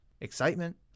excitement